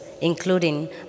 including